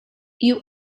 you